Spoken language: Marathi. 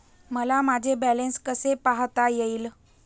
मला माझे बॅलन्स कसे पाहता येईल?